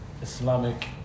islamic